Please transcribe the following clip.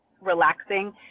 relaxing